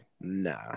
Nah